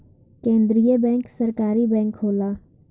केंद्रीय बैंक सरकारी बैंक होला